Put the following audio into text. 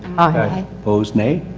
aye. oppose nae.